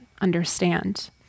understand